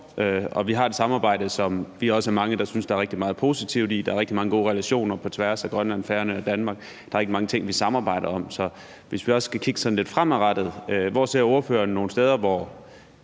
vi har et samarbejde, som vi også er mange der synes der er rigtig meget positivt i. Der er rigtig mange gode relationer på tværs af Grønland, Færøerne og Danmark. Der er rigtig mange ting, vi samarbejder om. Så hvis vi også skal kigge på det sådan lidt fremadrettet, vil jeg spørge: Hvor ser ordføreren nogle steder,